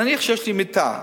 נניח שיש לי מיטה,